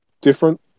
different